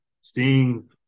seeing